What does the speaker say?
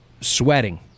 sweating